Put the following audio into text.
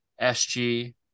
SG